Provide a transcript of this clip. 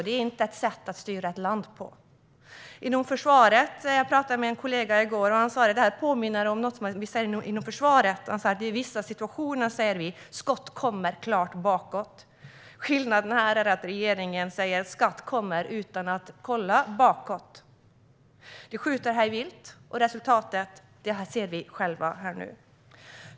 Det är inte så man styr ett land. Jag talade med en kollega i går som sa att det påminner om något inom försvaret. Vid vissa situationer säger man "Skott kommer, klart bakåt". Skillnaden här är att regeringen säger "Skatt kommer" utan att kolla bakåt. Den skjuter hej vilt, och vi ser resultatet nu.